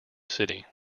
city